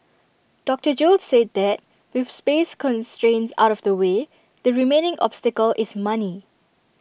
doctor gill said that with space constraints out of the way the remaining obstacle is money